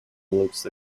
looks